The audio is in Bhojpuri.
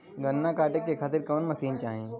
गन्ना कांटेके खातीर कवन मशीन चाही?